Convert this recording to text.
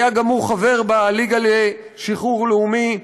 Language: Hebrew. שהיה גם הוא חבר בליגה לשחרור לאומי,